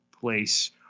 place